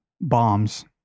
Bombs